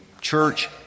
church